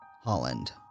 Holland